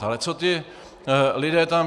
Ale co ti lidé tam?